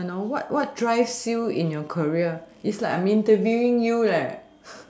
you know what what drives you in your career it's like I'm interviewing you right